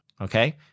okay